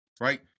right